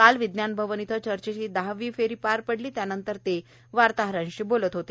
काल विज्ञान भवन इथं चर्चेची दहावी फेरी पार पडली त्यानंतर ते वार्ताहरांशी बोलत होते